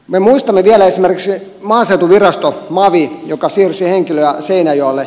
me muistamme vielä esimerkiksi maaseutuvirasto mavin joka siirsi henkilöitä seinäjoelle